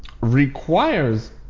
requires